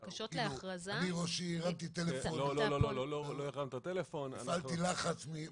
אני ראש עיר, הרמתי טלפון, הפעלתי לחץ.